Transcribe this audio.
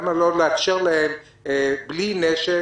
למה לא לאפשר להם להיכנס בלי נשק?